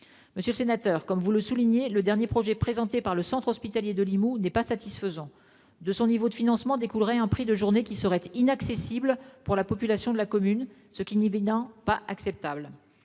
Monsieur le sénateur, comme vous le soulignez, le dernier projet présenté par le centre hospitalier de Limoux n'est pas satisfaisant. De son niveau de financement découlerait un prix de journée qui serait inaccessible pour la population de la commune, ce qui n'est évidemment pas acceptable.